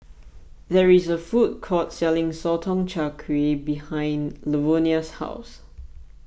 there is a food court selling Sotong Char Kway behind Lavonia's house